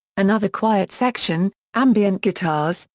another quiet section, ambient guitars,